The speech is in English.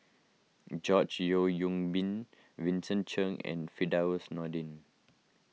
George Yeo Yong Boon Vincent Cheng and Firdaus Nordin